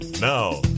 Now